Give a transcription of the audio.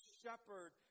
shepherd